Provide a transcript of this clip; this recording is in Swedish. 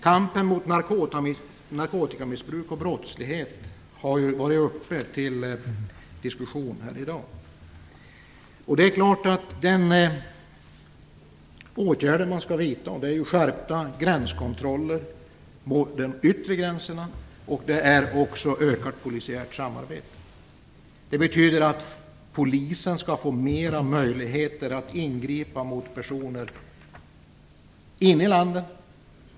Kampen mot narkotikamissbruk och brottslighet har ju varit uppe till diskussion här i dag. De åtgärder som skall vidtas är skärpta gränskontroller vid de yttre gränserna och ökat polisiärt samarbete. Det betyder att Polisen skall få större möjligheter att ingripa mot personer inne i landet.